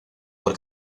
por